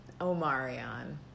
Omarion